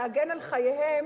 להגן על חייהם,